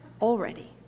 already